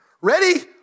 Ready